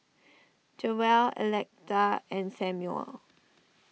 Jewell Electa and Samuel